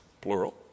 plural